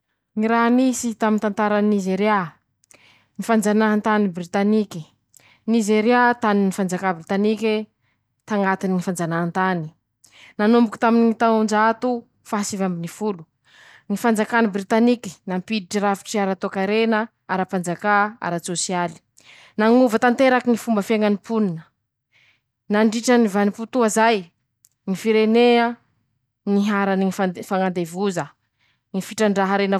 Ñy raha nisy tamy tantara Nizeria: ñy fanjanahantany Britaniky5,Nizeria taniny fanjakà Britanike, tañatiny fanjanahantany, nanomboky taminy taonjato faha sivy amby noho folo, ñy fanjakany Britaniky nampilitsy rafitsy aratoekarena, arapajaka, aratsôsialy5,nañova tanteraky ñy fomba fiaiñany ponina, nandritrany vanimpotoa zay, ñy firenea niharany fand fanandevoza ñy fitrandraha harena.